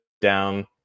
down